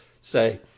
say